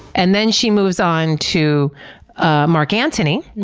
and then she moves on to ah mark antony,